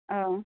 औ